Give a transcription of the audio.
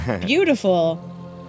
beautiful